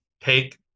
Take